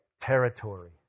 territory